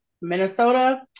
Minnesota